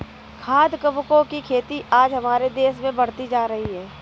खाद्य कवकों की खेती आज हमारे देश में बढ़ती जा रही है